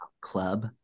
club